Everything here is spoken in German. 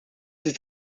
ist